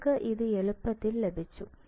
നിങ്ങൾക്ക് ഇത് എളുപ്പത്തിൽ ലഭിച്ചു